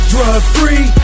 Drug-free